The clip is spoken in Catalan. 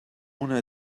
una